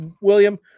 William